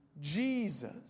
Jesus